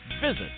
Visit